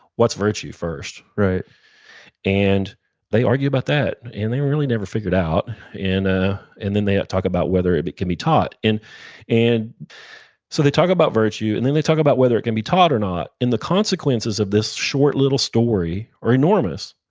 what's virtue first? right and they argue about that and they really never figure it out, ah and then they talk about whether it it can be taught. and and so they talk about virtue, and then they talk about whether it can be taught or not. the consequences of this short little story are enormous.